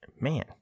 Man